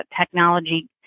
technology